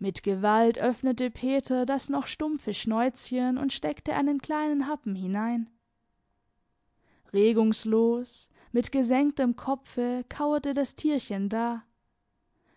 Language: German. mit gewalt öffnete peter das noch stumpfe schnäuzchen und steckte einen kleinen happen hinein regungslos mit gesenktem kopfe kauerte das tierchen da